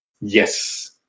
Yes